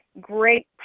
great